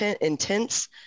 intense